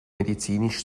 medizinisch